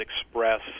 express